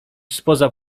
spoza